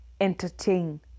entertain